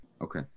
okay